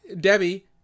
Debbie